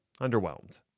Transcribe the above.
underwhelmed